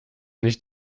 nicht